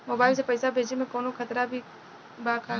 Mobile से पैसा भेजे मे कौनों खतरा भी बा का?